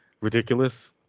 ridiculous